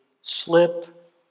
slip